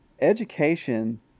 Education